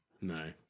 no